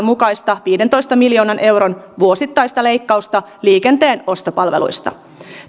mukaista viidentoista miljoonan euron vuosittaista leikkausta liikenteen ostopalveluista